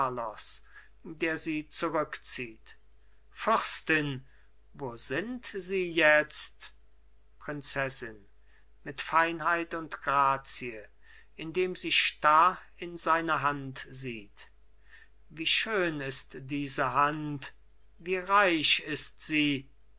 der sie zurückzieht fürstin wo sind sie jetzt prinzessin mit feinheit und grazie indem sie starr in seine hand sieht wie schön ist diese hand wie reich ist sie